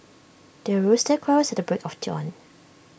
the rooster crows at the break of dawn